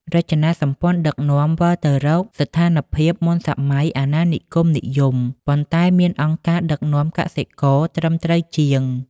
រចនាសម្ព័ន្ធដឹកនាំវិលទៅរកស្ថានភាពមុនសម័យអាណានិគមនិយម ប៉ុន្តែមានអង្គការដឹកនាំកសិករត្រឹមត្រូវជាង។